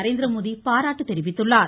நரேந்திரமோடி பாராட்டு தெரிவித்துள்ளார்